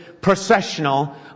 processional